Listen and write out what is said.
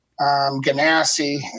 Ganassi